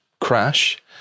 crash